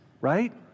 right